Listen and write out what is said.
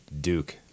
Duke